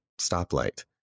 stoplight